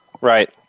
Right